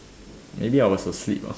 maybe I was asleep ah